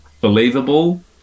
believable